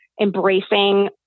embracing